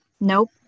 nope